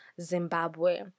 Zimbabwe